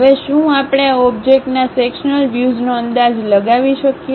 હવે શું આપણે આ ઓબ્જેક્ટના સેક્શન્લ વ્યુઝનો અંદાજ લગાવી શકીએ